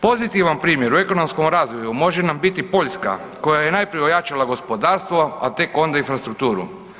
Pozitivan primjer u ekonomskom razvoju može nam biti Poljska koja je najprije ojačala gospodarstvo, a tek onda infrastrukturu.